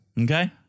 Okay